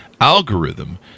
algorithm